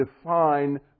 define